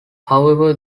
however